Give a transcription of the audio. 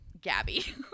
gabby